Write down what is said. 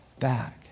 back